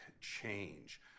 change